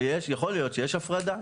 ויכול להיות שיש הפרדה,